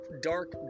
dark